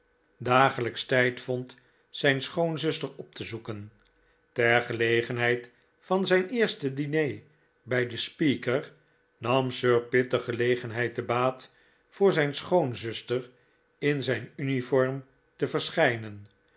dagelijks tijd vond zijn schoonzuster op te zoeken ter gelegenheid van zijn eerste diner bij den speaker nam sir pitt de gelegenheid te baat voor zijn schoonzuster in zijn uniform te verschijnen